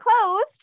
closed